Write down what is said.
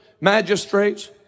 magistrates